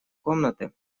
комнаты